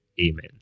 Amen